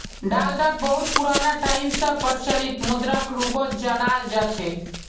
डालरक बहुत पुराना टाइम स प्रचलित मुद्राक रूपत जानाल जा छेक